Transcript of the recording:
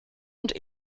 und